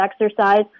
exercise